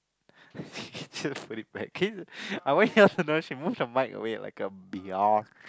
just put it back okay she move the mic the away like a biatch